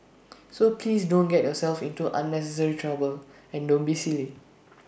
so please don't get yourself into unnecessary trouble and don't be silly